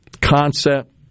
concept